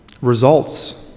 results